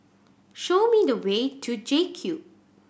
show me the way to JCube